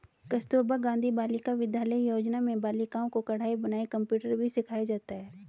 कस्तूरबा गाँधी बालिका विद्यालय योजना में बालिकाओं को कढ़ाई बुनाई कंप्यूटर भी सिखाया जाता है